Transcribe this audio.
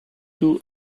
two